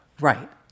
right